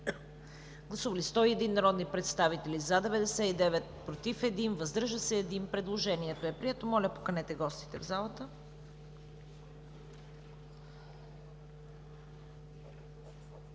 Гласували 101 народни представители: за 99, против 1, въздържал се 1. Предложението е прието. Моля, поканете гостите в залата.